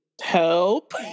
Help